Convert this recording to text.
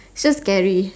its just scary